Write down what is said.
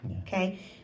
okay